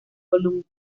columnas